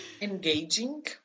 engaging